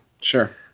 Sure